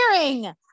hearing